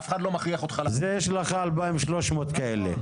יש לך 2,300 כאלה.